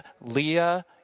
Leah